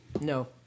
No